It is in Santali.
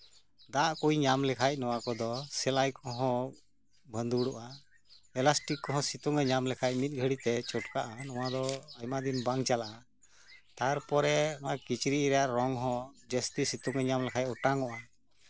ᱫᱟᱜ ᱠᱚ ᱧᱟᱢ ᱞᱮᱠᱷᱟᱱ ᱱᱚᱣᱟ ᱠᱚᱫᱚ ᱥᱮᱞᱟᱭ ᱠᱚ ᱦᱚᱸ ᱵᱷᱟᱫᱩᱨᱚᱜᱼᱟ ᱯᱮᱞᱟᱥᱴᱤᱠ ᱠᱚ ᱦᱚᱸ ᱥᱤᱛᱩᱝ ᱮ ᱧᱟᱢ ᱞᱮᱠᱷᱟᱡᱜᱮ ᱢᱤᱫᱜᱷᱟᱹᱲᱤ ᱛᱮ ᱪᱚᱯᱠᱟᱜᱼᱟ ᱱᱚᱣᱟ ᱫᱚ ᱟᱭᱢᱟ ᱫᱤᱱ ᱵᱟᱝ ᱪᱟᱞᱟᱜᱼᱟ ᱛᱟᱨᱯᱚᱨᱮ ᱱᱚᱜ ᱚᱭ ᱠᱤᱪᱨᱤᱪ ᱨᱮᱭᱟᱜ ᱨᱚᱝ ᱦᱚᱸ ᱡᱟᱹᱥᱛᱤ ᱥᱤᱛᱩᱝ ᱮ ᱧᱟᱢ ᱞᱮᱠᱷᱟᱡ ᱚᱴᱟᱝ ᱚᱜᱼᱟ